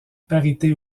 parité